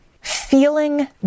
feeling